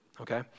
okay